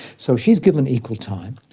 so she's given equal time,